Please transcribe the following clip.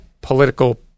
political